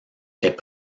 est